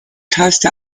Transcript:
taste